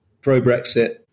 pro-Brexit